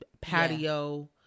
patio